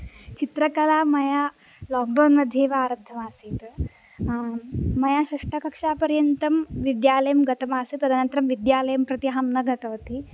चित्रकला मया lockdown मध्ये एव आरब्धमासीत् मया षष्ठकक्षापर्यन्तं विद्यालयं गतमासीत् तदनन्तरं विद्यालयं प्रति अहं न गतवती